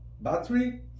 battery